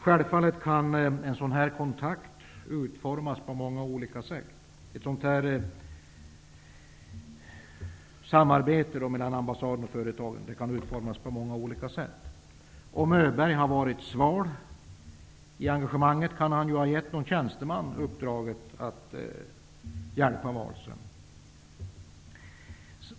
Självfallet kan ett sådant här samarbete mellan ambassaden och företagen utformas på många olika sätt. Om Öberg var sval i engagemanget kan han ha gett en tjänsteman uppdraget att hjälpa Wahlström.